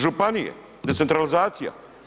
Županije, decentralizacija.